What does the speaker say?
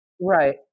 Right